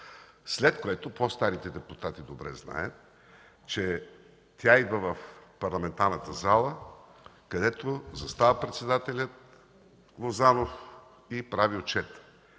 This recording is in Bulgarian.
след което, по старите депутати добре знаят, че тя идва в парламентарната зала, където застава председателят Лозанов и прави отчет,